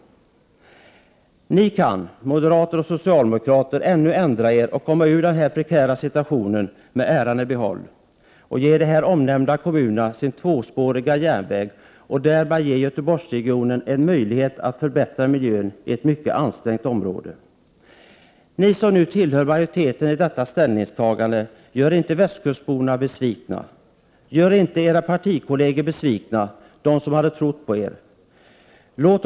Men ni moderater och socialdemokrater har fortfarande möjlighet att ändra er. Ni kan alltså komma ur den här prekära situationen med äran i behåll genom att ge de här omnämnda kommunerna en tvåspårig järnväg. Därmed skulle Göteborgsregionen få möjlighet att förbättra miljön i ett redan mycket ansträngt område. Till er som tillhör majoriteten i fråga om detta ställningstagande vill jag säga: Gör inte västkustborna besvikna! Gör inte era partikolleger som trott på er besvikna!